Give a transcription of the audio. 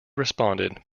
responded